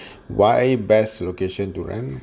why best location to rent